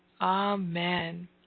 Amen